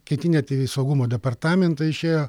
kiti net į saugumo departamentą išėjo